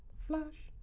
flash.